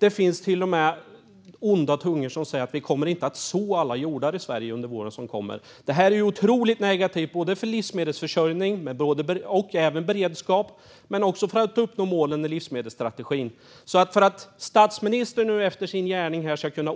Det finns till och med onda tungor som säger att vi inte kommer att så på alla jordar i Sverige under våren som kommer. Det är otroligt negativt för livsmedelsförsörjningen och för beredskapen men också när det gäller att uppnå målen i livsmedelsstrategin. Det ser otroligt mörkt ut när det gäller att statsministern nu efter sin gärning ska kunna